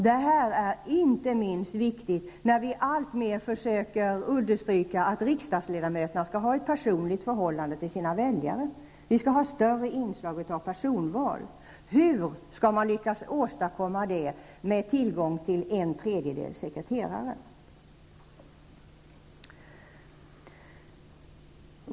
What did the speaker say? Detta är inte minst viktigt när vi alltmer försöker uppnå att riksdagsledamöterna skall ha ett personligt förhållande till sina väljare. Vi skall ha större inslag av personval. Hur skall man lyckas åstadkomma det med tillgång till en tredjedels sekreterare?